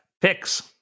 picks